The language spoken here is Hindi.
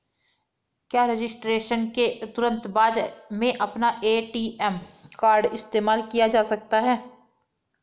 क्या रजिस्ट्रेशन के तुरंत बाद में अपना ए.टी.एम कार्ड इस्तेमाल किया जा सकता है?